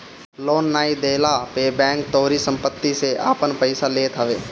loan नाइ देहला पे बैंक तोहारी सम्पत्ति से आपन पईसा लेत हवे